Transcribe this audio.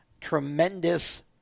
tremendous